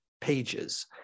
pages